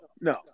no